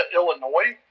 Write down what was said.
Illinois